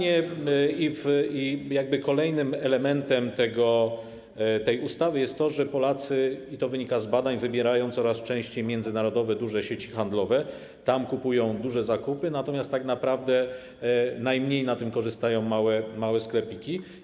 I jakby kolejnym elementem związanym z tą ustawą jest to, że Polacy, i to wynika z badań, wybierają coraz częściej międzynarodowe duże sieci handlowe, tam robią duże zakupy, natomiast tak naprawdę najmniej na tym korzystają małe sklepiki.